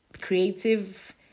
creative